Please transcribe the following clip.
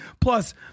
Plus